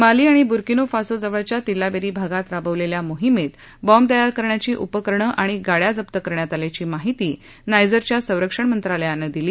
माली आणि बुकिनो फासोजवळच्या तिल्लावेरी भागात राबवलेल्या मोहिमेत बॉम्ब तयार करण्याची उपकरणं आणि गाड्या जप्त करण्यात आल्याची माहिती नायजरच्या संरक्षण मंत्रालयानं दिली